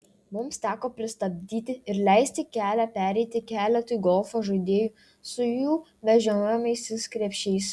mums teko pristabdyti ir leisti kelią pereiti keletui golfo žaidėjų su jų vežiojamaisiais krepšiais